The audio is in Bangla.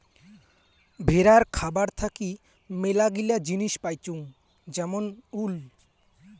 ভেড়ার খাবার থাকি মেলাগিলা জিনিস পাইচুঙ যেমন উল